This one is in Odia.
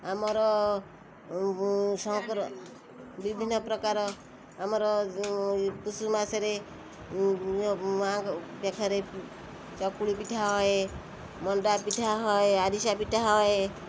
ଆମର ସଂକ୍ରାର ବିଭିନ୍ନ ପ୍ରକାର ଆମର ପୁଷୁ ମାସରେ ମାଁଙ୍କ ପାଖରେ ଚକୁଳିପିଠା ହଏ ମଣ୍ଡାପିଠା ହଏ ଆରିସାପିଠା ହଏ